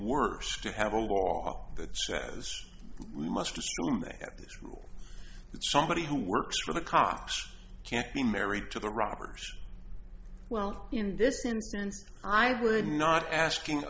worse to have a law that says we must have somebody who works for the cops can't be married to the robbers well in this instance i would not asking